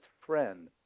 friend